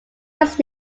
was